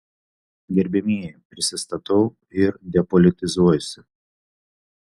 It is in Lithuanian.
gerbiamieji prisistatau ir depolitizuojuosi